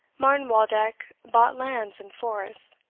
martin waldeck bought lands and forests,